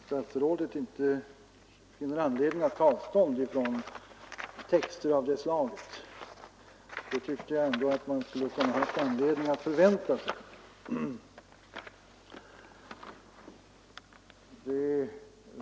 Herr talman! Jag beklagar att statsrådet inte finner anledning att ta avstånd från texter av det här slaget, något som jag tycker att man ändå kunde ha haft anledning att förvänta sig.